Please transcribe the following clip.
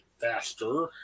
faster